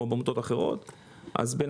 כמו בעמותות אחרות.